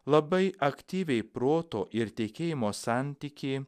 labai aktyviai proto ir tikėjimo santykį